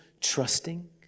trusting